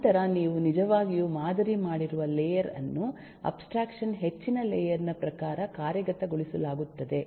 ನಂತರ ನೀವು ನಿಜವಾಗಿಯೂ ಮಾದರಿ ಮಾಡಿರುವ ಲೇಯರ್ ಅನ್ನು ಅಬ್ಸ್ಟ್ರಾಕ್ಷನ್ ಹೆಚ್ಚಿನ ಲೇಯರ್ ನ ಪ್ರಕಾರ ಕಾರ್ಯಗತಗೊಳಿಸಲಾಗುತ್ತದೆ